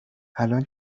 الان